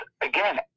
again